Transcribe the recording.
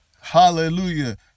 hallelujah